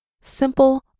simple